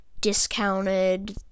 discounted